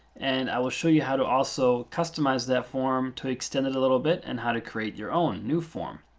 and i will show you how to also customize that form to extend it a little bit and how to create your own new form.